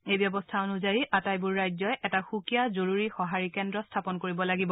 এই ব্যৱস্থা অনুযায়ী আটাইবোৰ ৰাজ্যই এটা সুকীয়া জৰুৰী সঁহাৰি কেন্দ্ৰ স্থাপন কৰিব লাগিব